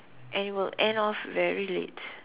and it will end off very late